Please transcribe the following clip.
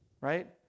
right